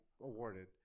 awarded